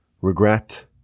regret